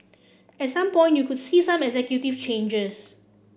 at some point you could see some executive changes